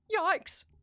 Yikes